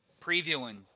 previewing